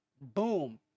boom